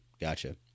gotcha